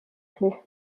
plus